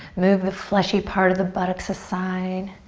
move the fleshy part of the buttocks aside.